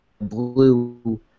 blue